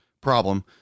problem